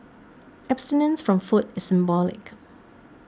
abstinence from food is symbolic